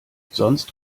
sonst